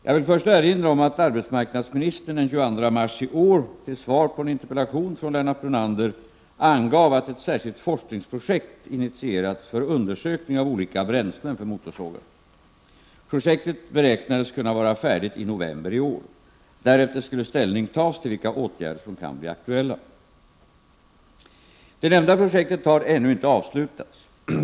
Jag vill först erinra om att arbetsmarknadsministern den 22 mars i år till svar på en interpellation från Lennart Brunander angav att ett särskilt forskningsprojekt initierats för undersökning av olika bränslen för motorsågar. Projektet beräknades kunna vara färdigt i november i år. Därefter skulle ställning tas till vilka åtgärder som kan bli aktuella. Det nämnda projektet har ännu inte avslutats.